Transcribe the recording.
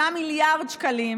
5 מיליארד שקלים